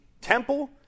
Temple